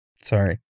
Sorry